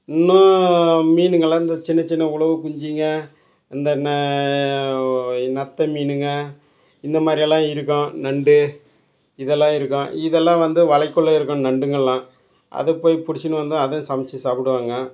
இன்றும் மீனுங்களெலாம் இந்த சின்னச் சின்ன உளவு குஞ்சுங்கள் இந்த ந நத்தை மீனுங்கள் இந்த மாதிரியெல்லாம் இருக்கும் நண்டு இதெல்லாம் இருக்கும் இதெல்லாம் வந்து வலைக்குள்ள இருக்கும் நண்டுங்கள்லாம் அதை போய் பிடிச்சின்னு வந்து அதுவும் சமைச்சி சாப்புடுவாங்க